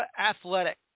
Athletic